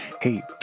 hey